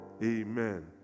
amen